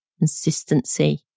consistency